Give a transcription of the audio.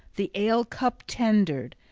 the ale-cup tendered,